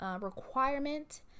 requirement